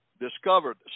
discovered